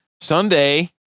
Sunday